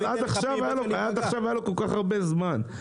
אבל עד עכשיו היה לו כל-כך הרבה זמן.